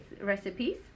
recipes